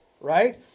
right